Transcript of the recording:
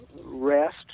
rest